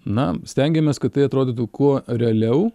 na stengiamės kad tai atrodytų kuo realiau